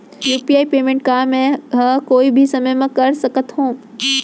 UPI payment का मैं ह कोई भी समय म कर सकत हो?